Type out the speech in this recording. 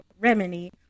remedy